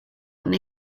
and